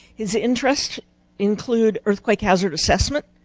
his interests include earthquake hazard assessment,